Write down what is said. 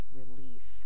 relief